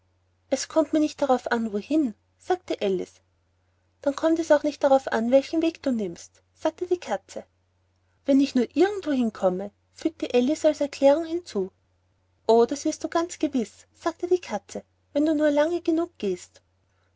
es kommt mir nicht darauf an wohin sagte alice dann kommt es auch nicht darauf an welchen weg du nimmst sagte die katze wenn ich nur irgendwo hinkomme fügte alice als erklärung hinzu o das wirst du ganz gewiß sagte die katze wenn du nur lange genug gehest